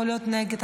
יכול להיות נגד,